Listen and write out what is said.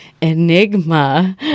enigma